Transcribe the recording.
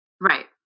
right